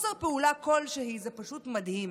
חוסר פעולה כלשהי, זה פשוט מדהים.